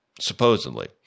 supposedly